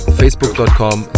facebook.com